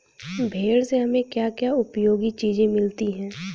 भेड़ से हमें क्या क्या उपयोगी चीजें मिलती हैं?